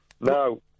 No